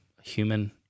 human